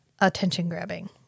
attention-grabbing